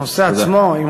תודה.